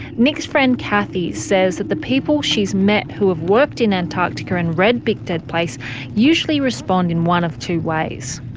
nick's friend kathy says that the people she has met who have worked in antarctica and read big dead place usually respond in one of two ways.